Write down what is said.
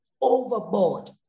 overboard